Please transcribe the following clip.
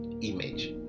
image